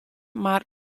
mar